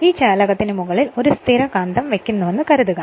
ഈ ചാലകത്തിനു മുകളിൽ ഒരു സ്ഥിരകാന്തം വയ്ക്കുന്നുവെന്ന് കരുതുക